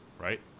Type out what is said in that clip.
Right